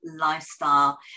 Lifestyle